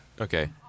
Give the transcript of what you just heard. Okay